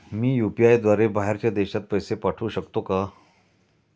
मी UPI द्वारे बाहेरच्या देशात पैसे पाठवू शकतो का?